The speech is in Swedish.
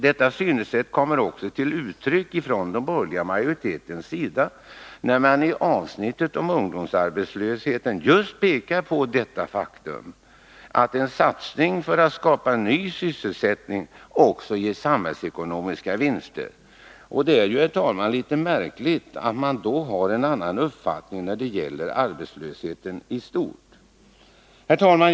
Detta synsätt kommer också till uttryck från den borgerliga majoritetens sida när man i avsnittet om ungdomsarbetslösheten just pekar på detta faktum, att en satsning för att skapa ny sysselsättning också ger samhällsekonomiska vinster. Det är ju, herr talman, litet märkligt att man då har en annan uppfattning när det gäller arbetslösheten i stort. Herr talman!